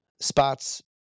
spots